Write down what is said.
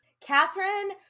Catherine